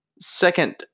second